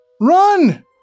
Run